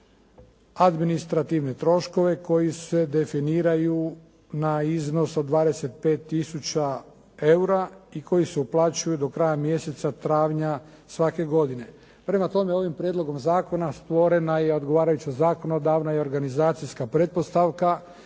administrativne troškove koji se definiraju na iznos od 25 tisuća EUR-a i koji se uplaćuju do kraja mjeseca travnja svake godine. Prema tome ovim prijedlogom zakona stvorena je odgovarajuća zakonodavna i organizacijska pretpostavka